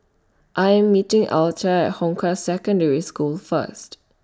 I Am meeting Alta At Hong Kah Secondary School First